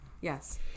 Yes